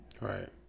Right